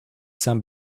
some